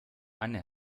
anne